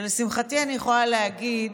ולשמחתי, אני יכולה להגיד